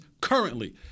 currently